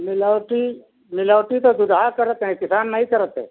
मिलावटी मिलावटी तो दुधार करत हैं किसान नहीं करत है